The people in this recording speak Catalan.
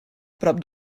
prop